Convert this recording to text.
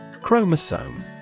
Chromosome